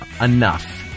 enough